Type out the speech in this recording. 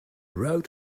road